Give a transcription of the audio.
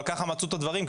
אבל כך מצאו את הדברים,